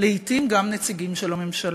לעתים גם מצד נציגים של הממשלה.